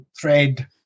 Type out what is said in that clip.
thread